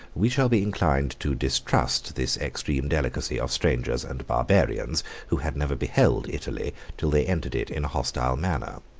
we shall be inclined to distrust this extreme delicacy of strangers and barbarians, who had never beheld italy till they entered it in a hostile manner.